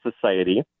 society